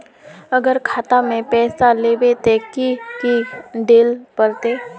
अगर खाता में पैसा लेबे ते की की देल पड़ते?